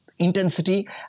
Intensity